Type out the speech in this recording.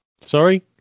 Sorry